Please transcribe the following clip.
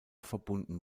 verbunden